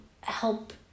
help